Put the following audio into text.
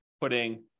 putting